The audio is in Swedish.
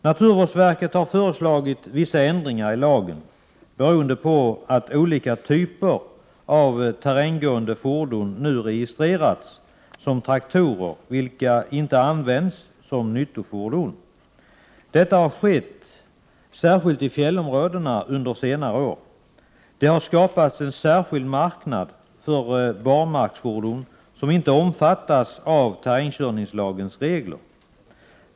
Naturvårdsverket har föreslagit vissa ändringar i lagen beroende på att olika typer av terränggående fordon nu registrerats som traktorer vilka inte används som nyttofordon. Detta har skett särskilt i fjällområdena under senare år. Det har skapats en särskild marknad för barmarksfordon, som inte omfattas av terrängkörningslagens regler.